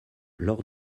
lors